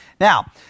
Now